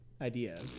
idea